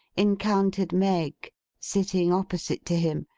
encountered meg sitting opposite to him,